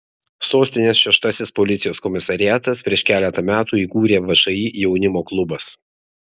sostinės šeštasis policijos komisariatas prieš keletą metų įkūrė všį jaunimo klubas